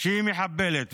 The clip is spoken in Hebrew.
שהיא מחבלת.